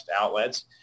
outlets